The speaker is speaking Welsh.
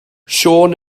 siôn